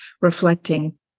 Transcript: reflecting